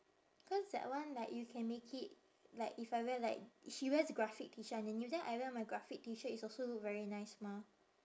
cause that one like you can make it like if I wear like he wears graphic T shirt underneath then I wear my graphic T shirt it's also look very nice mah